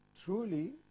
truly